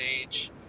age